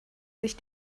sich